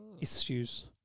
issues